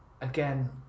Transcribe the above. again